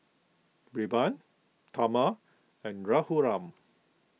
Birbal Tharman and Raghuram